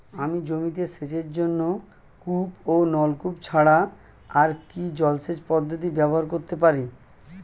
আমি জমিতে সেচের জন্য কূপ ও নলকূপ ছাড়া আর কি জলসেচ পদ্ধতি ব্যবহার করতে পারি?